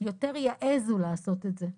יותר יעזו לעשות את זה.